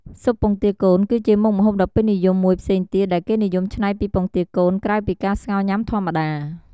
ស៊ុបពងទាកូន គឺជាមុខម្ហូបដ៏ពេញនិយមមួយផ្សេងទៀតដែលគេនិយមច្នៃពីពងទាកូន ក្រៅពីការស្ងោរញ៉ាំធម្មតា។